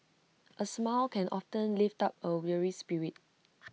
A smile can often lift up A weary spirit